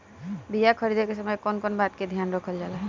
बीया खरीदे के समय कौन कौन बात के ध्यान रखल जाला?